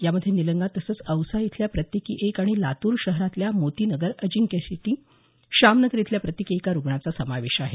यामध्ये निलंगा तसंच औसा इथल्या प्रत्येकी एक आणि लातूर शहरातल्या मोती नगर अजिंक्य सिटी शाम नगर इथल्या प्रत्येकी एका रुग्णाचा समावेश आहे